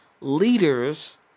leaders